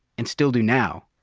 and still do now,